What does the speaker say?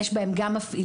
יש בהם מפעילים,